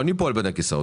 לא ניפול בין הכיסאות.